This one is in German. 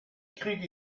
kriege